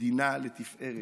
מדינה לתפארת,